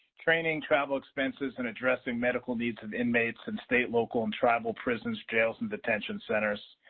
training, travel expenses, and addressing medical needs of inmates and state local and tribal prisons, jails and detention centers.